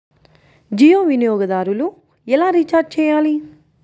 జియో వినియోగదారులు ఎలా రీఛార్జ్ చేయాలి?